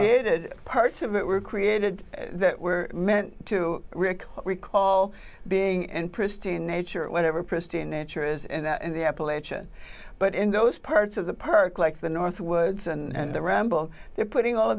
good parts of it were created that were meant to rick recall being and pristine nature whatever pristine nature is and the appalachian but in those parts of the park like the north woods and the ramble they're putting all